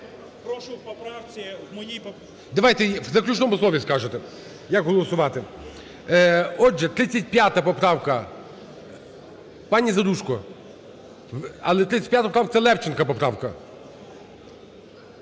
Прошу в поправці, в моїй … ГОЛОВУЮЧИЙ. Давайте в заключному слові скажете, як голосувати. Отже, 35 поправка, пані Заружко. Але 35 поправка – це Левченка поправка.